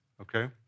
Okay